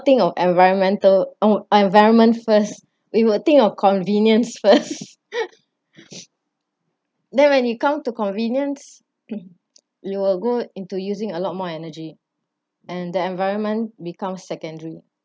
think of environmental environment first we will think of convenience first then when you come to convenience you will go into using a lot more energy and the environment becomes secondary